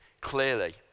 clearly